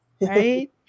Right